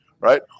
Right